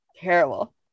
Terrible